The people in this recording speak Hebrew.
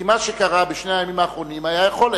מה שקרה בשני הימים האחרונים היה יכול,